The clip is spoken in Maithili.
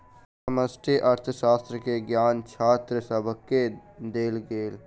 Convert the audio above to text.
समष्टि अर्थशास्त्र के ज्ञान छात्र सभके देल गेल